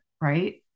right